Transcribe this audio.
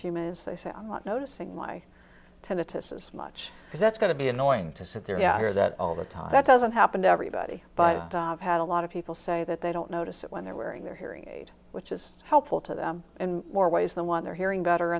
few minutes they say i'm not noticing my tinnitus as much because that's going to be annoying to sit there yeah i hear that all the time that doesn't happen to everybody but i had a lot of people say that they don't notice it when they're wearing their hearing aid which is helpful to them in more ways than one they're hearing better